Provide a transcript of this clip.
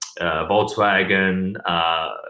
volkswagen